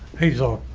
hazel,